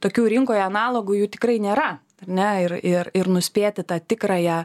tokių rinkoje analogų jų tikrai nėra ar ne ir ir ir nuspėti tą tikrąją